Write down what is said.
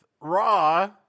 Raw